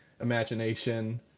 imagination